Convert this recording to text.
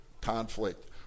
conflict